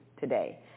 today